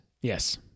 yes